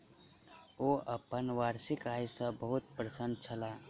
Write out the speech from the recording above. ओ अपन वार्षिक आय सॅ बहुत प्रसन्न छलाह